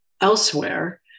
elsewhere